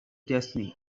destiny